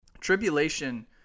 tribulation